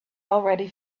already